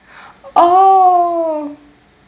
oh